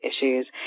issues